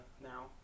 now